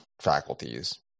faculties